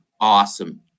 Awesome